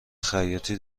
خیاطی